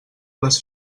les